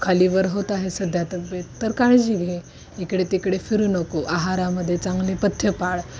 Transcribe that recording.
खालीवर होत आहे सध्या तब्येत तर काळजी घे इकडे तिकडे फिरू नको आहारामध्ये चांगले पथ्य पाळ